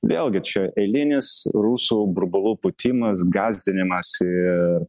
vėlgi čia eilinis rusų burbulų pūtimas gąsdinimas ir